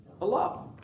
Allah